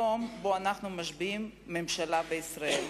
יום שבו אנחנו משביעים ממשלה בישראל.